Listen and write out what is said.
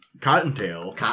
Cottontail